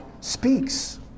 speaks